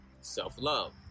self-love